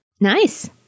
Nice